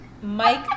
Mike